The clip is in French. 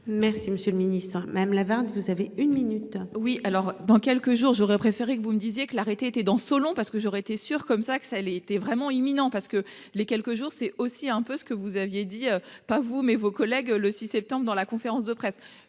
merci Monsieur le Ministre, même la vente, vous avez une minute. Oui alors dans quelques jours, j'aurais préféré que vous me disiez que l'arrêté été dans Solon parce que j'aurais été sûr comme ça que ça était vraiment imminents parce que les quelques jours c'est aussi un peu ce que vous aviez dit, pas vous mais vos collègues, le 6 septembre dans la conférence de presse.